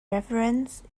referenced